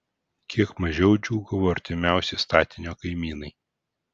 kiek mažiau džiūgavo artimiausi statinio kaimynai